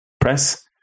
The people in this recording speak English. press